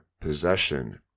possession